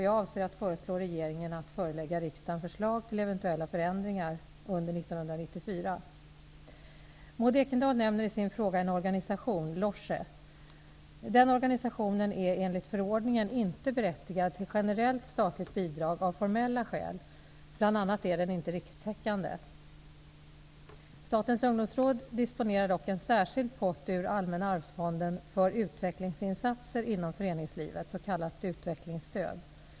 Jag avser att föreslå regeringen att förelägga riksdagen förslag till eventuella förändringar under 1994. Maud Ekendahl nämner i sin fråga en organisation, Loesje. Denna organisation är enligt förordningen inte berättigad till generellt statligt bidrag av formella skäl, bl.a. är den inte rikstäckande. Statens Ungdomsråd disponerar dock en särskild pott ur Allmänna arvsfonden för utvecklingsinsatser inom föreningslivet, så kallat utvecklingstöd.